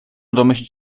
domyślić